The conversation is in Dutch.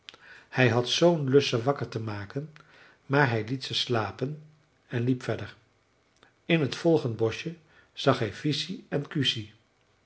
hij had zoo'n lust ze wakker te maken maar hij liet ze slapen en liep verder in t volgende boschje zag hij viisi